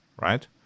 right